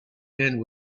end